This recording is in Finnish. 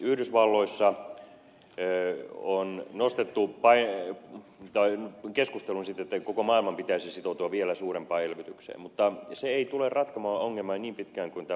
yhdysvalloissa on nostettu keskusteluun se että koko maailman pitäisi sitoutua vielä suurempaan elvytykseen mutta se ei tule ratkomaan ongelmaa niin pitkään kuin tämä pankkikriisi on päällä